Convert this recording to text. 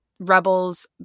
Rebels